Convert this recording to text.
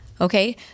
Okay